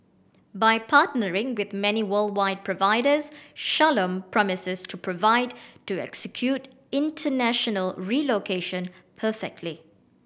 by partnering with many worldwide providers Shalom promises to provide to execute international relocation perfectly